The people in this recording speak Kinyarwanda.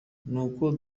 nuko